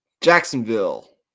Jacksonville